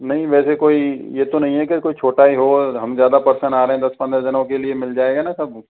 नहीं वैसे कोई ये तो नहीं है कि कोई छोटा ही हो और हम ज़्यादा पर्सन आ रहे हैं दस पंद्रह जनों के लिए मिल जाएगा ना सब